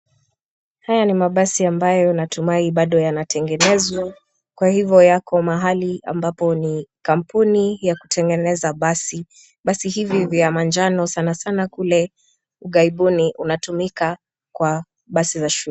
Haya ni mabasi ambayo natumai bado yanatengenezwa kwa hivyo yako mahali ambapo ni kampuni ya kutengeneza basi. Basi hivi vya manjano sana sana kule Ughaibuni unatumika kwa basi za shule.